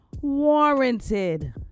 warranted